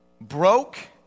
broke